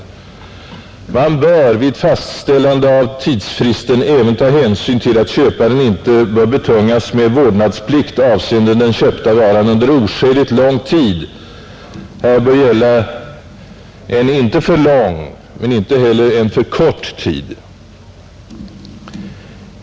Man bör vid fastställande av tidsfristen även ta hänsyn till att köparen inte bör betungas med vårdnadsplikt avseende den köpta varan under oskäligt lång tid. Här bör gälla en inte för lång men inte heller för kort tid.